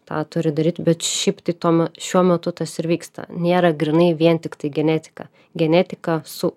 tą turi daryt bet šiaip tai tuo šiuo metu tas ir vyksta nėra grynai vien tiktai genetika genetika su